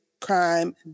crime